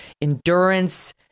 endurance